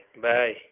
Bye